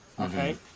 okay